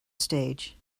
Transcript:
stage